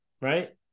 right